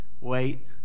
Wait